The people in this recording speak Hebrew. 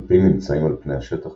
על פי ממצאים על פני השטח